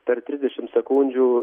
per trisdešim sekundžių